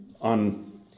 on